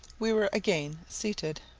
we were again seated.